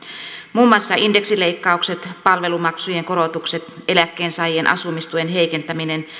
muun muassa indeksileikkaukset palvelumaksujen korotukset eläkkeensaajien asumistuen heikentäminen